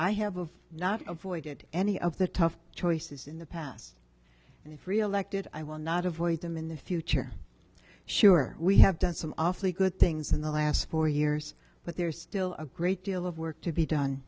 i have not avoided any of the tough choices in the past and if reelected i will not avoid them in the future sure we have done some awfully good things in the last four years but there's still a great deal of work to be done